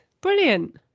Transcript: brilliant